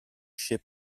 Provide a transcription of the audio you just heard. sheep